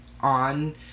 on